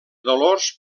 dolors